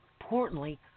importantly